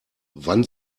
wann